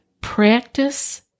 Practice